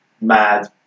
mad